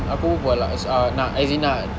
aku berbual ah nak as in nak